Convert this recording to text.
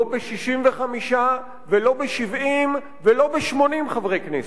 לא ב-65 ולא ב-70 ולא ב-80 חברי כנסת,